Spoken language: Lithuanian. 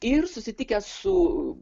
ir susitikęs su